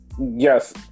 Yes